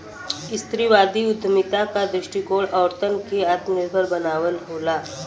स्त्रीवादी उद्यमिता क दृष्टिकोण औरतन के आत्मनिर्भर बनावल होला